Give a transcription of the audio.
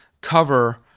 cover